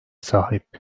sahip